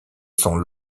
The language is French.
sont